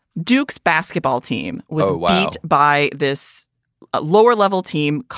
duke's basketball team went by this lower level team,